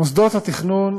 מוסדות התכנון,